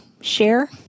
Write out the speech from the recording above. share